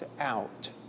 out